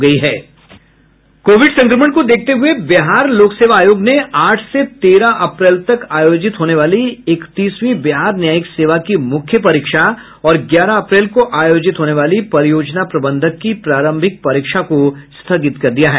Covid संक्रमण को देखते हुए बिहार लोक सेवा आयोग ने आठ से तेरह अप्रैल तक आयोजित होने वाली इकतसवीं बिहार न्यायिक सेवा की मुख्य परीक्षा और ग्यारह अप्रैल को आयोजित होने वाली परियोजना प्रबंधक की प्रारंभिक परीक्षा को स्थगित कर दिया है